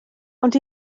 ond